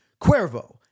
Cuervo